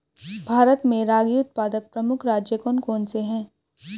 भारत में रागी उत्पादक प्रमुख राज्य कौन कौन से हैं?